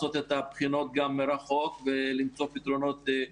לשוק העבודה תהיה יותר מורכבת ויותר בעייתית.